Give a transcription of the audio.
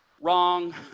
Wrong